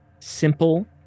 simple